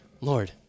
lord